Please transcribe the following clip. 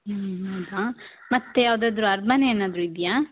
ಹ್ಞೂ ಹ್ಞೂ ಹಾಂ ಮತ್ತು ಯಾವ್ದಾದರೂ ಅರಮನೆ ಏನಾದರು ಇದೆಯಾ